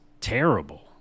terrible